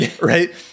right